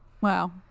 Wow